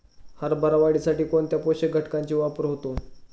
हरभरा वाढीसाठी कोणत्या पोषक घटकांचे वापर होतो?